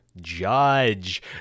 Judge